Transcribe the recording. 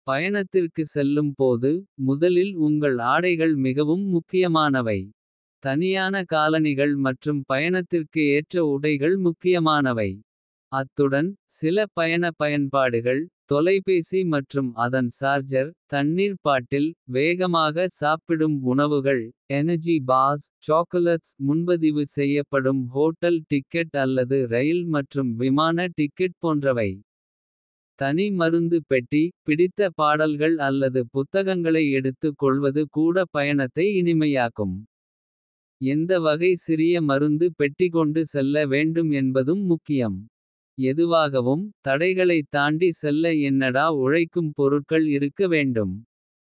பயணத்திற்கு செல்லும் போது முதலில் உங்கள் ஆடைகள். மிகவும் முக்கியமானவை தனியான காலணிகள் மற்றும். பயணத்திற்கு ஏற்ற உடைகள் முக்கியமானவை அத்துடன். சில பயண பயன்பாடுகள் தொலைபேசி மற்றும். அதன் சார்ஜர் தண்ணீர் பாட்டில் வேகமாக சாப்பிடும். உணவுகள் முன்பதிவு செய்யப்படும். ஹோட்டல் டிக்கெட் அல்லது ரயில் மற்றும் விமான. டிக்கெட் போன்றவை தனி மருந்து பெட்டி பிடித்த. பாடல்கள் அல்லது புத்தகங்களை எடுத்துக் கொள்வது கூட. பயணத்தை இனிமையாக்கும்.எந்த வகை சிறிய மருந்து. பெட்டிகொண்டு செல்ல வேண்டும் என்பதும் முக்கியம். எதுவாகவும் தடைகளைத் தாண்டி செல்ல என்னடா. உழைக்கும் பொருட்கள் இருக்க வேண்டும்.